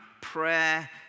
prayer